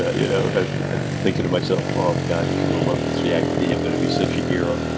ah you know thinking to myself, oh god, he's gonna love this yak tea. i'm gonna be such a hero.